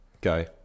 Go